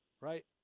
right